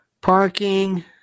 Parking